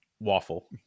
Waffle